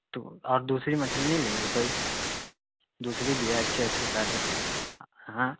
تو اور دوسری مچھلی نہیں لیں گے کوئی دوسری بھی ہے اچھے اچھے سارے ہاں